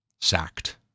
sacked